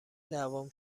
دعوام